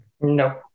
No